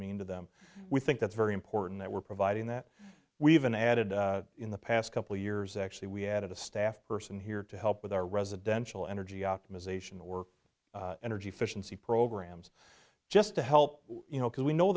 mean to them we think that's very important that we're providing that we've been added in the past couple of years actually we added a staff person here to help with our residential energy optimization or energy efficiency programs just to help you know because we know